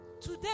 Today